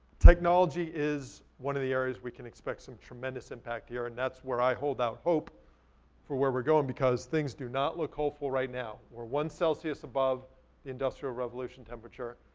technology is one of the areas we can expect some tremendous impact here. and that's where i hold out hope for where we're going, because things do not look hopeful right now. we're one celsius above the industrial revolution temperature.